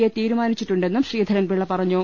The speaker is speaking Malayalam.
എ തീരുമാനിച്ചിട്ടുണ്ടെന്നും ശ്രീധരൻപിള്ള പറഞ്ഞു